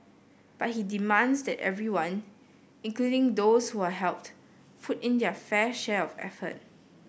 but he demands that everyone including those who are helped put in their fair share of effort